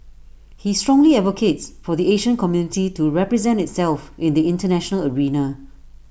he strongly advocates for the Asian community to represent itself in the International arena